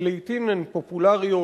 שלעתים הן פופולריות,